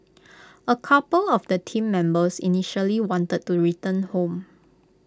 A couple of the Team Members initially wanted to return home